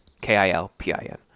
K-I-L-P-I-N